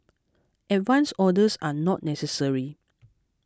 advance orders are not necessary